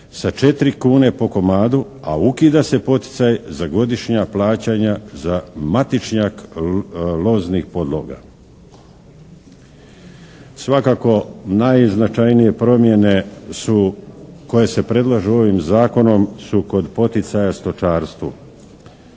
sa 4 kune po komadu a ukida se poticaj za godišnja plaćanja za matičnjak loznih podloga. Svakako, najznačajnije promjene su koje se predlažu ovim zakonom su kod poticaja stočarstvu.